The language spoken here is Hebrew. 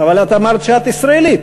אבל אמרת שאת ישראלית.